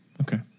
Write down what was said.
Okay